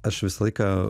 aš visą laiką